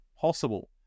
possible